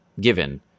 given